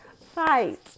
fight